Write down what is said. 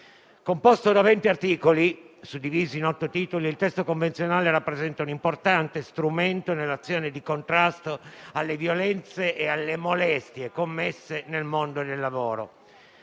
Composto da 20 articoli, suddivisi in 8 titoli, il testo convenzionale rappresenta un importante strumento nell'azione di contrasto alle violenze e alle molestie commesse nel mondo del lavoro,